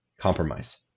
compromise